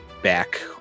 back